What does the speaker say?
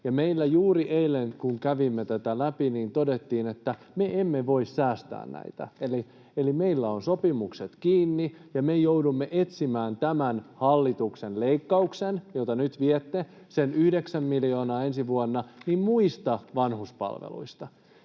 meillä juuri eilen kävimme tätä läpi, todettiin, että me emme voi säästää näitä. Eli meillä ovat sopimukset kiinni, ja me joudumme etsimään tämän hallituksen leikkauksen — viette sen 9 miljoonaa ensi vuonna — muista vanhuspalveluista.